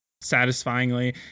satisfyingly